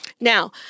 Now